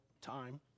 time